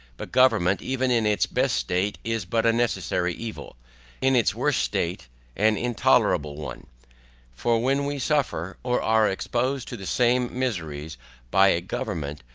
but government even in its best state is but a necessary evil in its worst state an intolerable one for when we suffer, or are exposed to the same miseries by a government,